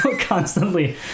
constantly